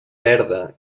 verda